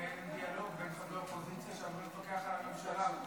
אם אין דיאלוג עם חברי אופוזיציה שאמורים לפקח על הממשלה?